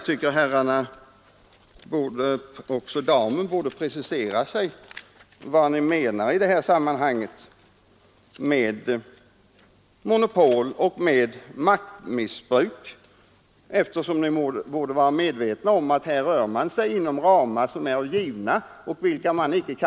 Till vad skulle det då gagna?